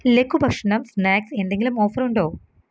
ലഘുഭഷ്ണം snacks എന്തെങ്കിലും ഓഫറുണ്ടോ